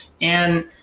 And-